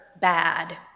bad